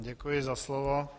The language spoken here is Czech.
Děkuji za slovo.